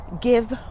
give